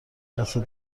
دستت